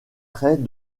traits